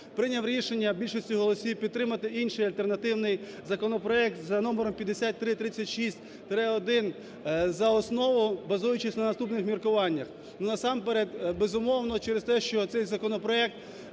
прийняв рішення більшістю голосів підтримати інший альтернативний законопроект за номером 5336-1 за основу, базуючись на наступних міркуваннях. Ну насамперед, безумовно, через те, що цей законопроект